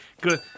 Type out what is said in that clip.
Good